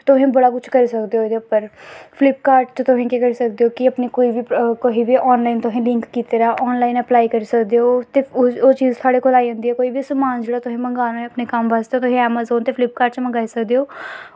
ते तुस बड़ा कुछ करी सकदे ओ ओह्दे उप्पर फ्लिपकार्ट च तुस केह् करी सकदे ओ कि अपनी कोई बी कुसै बी आनलाइन तुसें लिंक कीते दा आनलाइन अप्लाई करी सकदे ओ ते ओह् चीज साढ़े कोल आई जंदी ऐ कोई बी समान जेह्ड़ा तुसें मंगवाना अपने कम्म बास्तै तुसें ऐमाजोन ते फ्लिपकार्ट च मंगाई सकदे ओ